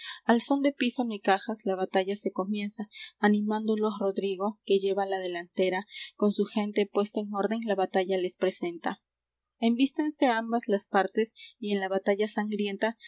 al són de pífano y cajas la batalla se comienza animándolos rodrigo que lleva la delantera con su gente puesta en orden la batalla les presenta embístense ambas las partes y en la batalla sangrienta